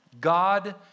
God